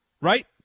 right